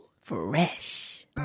Fresh